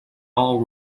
all